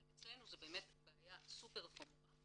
אבל אצלנו זאת בעיה סופר חמורה